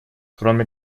кроме